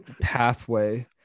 pathway